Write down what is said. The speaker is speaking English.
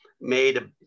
made